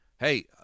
Hey